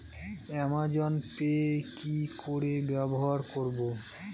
Amazon pay কি করে ব্যবহার করব?